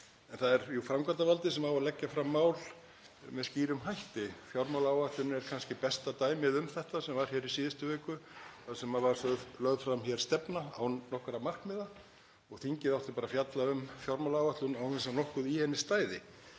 En það er jú framkvæmdarvaldið sem á að leggja fram mál með skýrum hætti. Fjármálaáætlun er kannski besta dæmið um þetta. Í síðustu viku var lögð hér fram stefna án nokkurra markmiða og þingið átti bara að fjalla um fjármálaáætlun án þess að nokkuð í henni stæði.